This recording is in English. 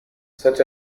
such